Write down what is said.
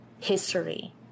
history